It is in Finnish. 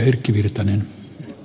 arvoisa puhemies